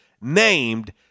named